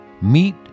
meet